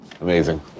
Amazing